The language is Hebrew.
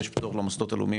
יש פטור למוסדות הלאומיים,